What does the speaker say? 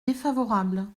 défavorable